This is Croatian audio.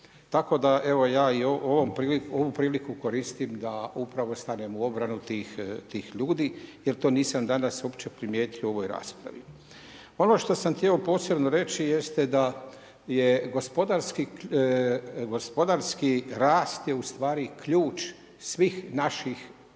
Tako da ja ovu priliku koristim da upravo stanem u obranu tih ljudi jer to nisam danas uopće primijetio u ovoj raspravi. Ono što sam htio posebno reći jeste da je gospodarski rast je ustvari ključ svih naših